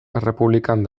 errepublikan